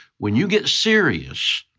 when you get serious,